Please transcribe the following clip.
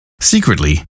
Secretly